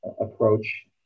approach